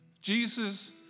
Jesus